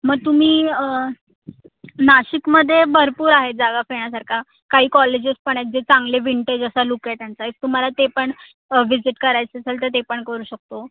मग तुम्ही नाशिकमध्ये भरपूर आहे जागा फिरण्यासारखा काही कॉलेजेस पण आहेत जे चांगले विंटेज असा लूक आहे त्यांचा एक तुम्हाला ते पण विजिट करायचं असेल तर ते पण करू शकतो